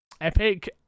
Epic